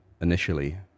initially